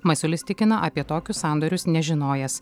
masiulis tikina apie tokius sandorius nežinojęs